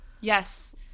yes